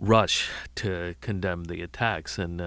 rush to condemn the attacks and